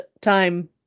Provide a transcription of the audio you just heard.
time